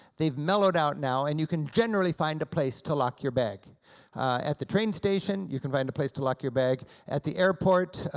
they've mellowed out now, and you can generally find a place to lock your bag at the train station, you can find a place to lock your bag at the airport,